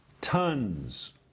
tons